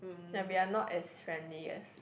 like we are not as friendly as